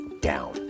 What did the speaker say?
down